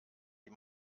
die